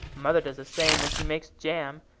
mother does the same when she makes jam.